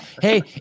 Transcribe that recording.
Hey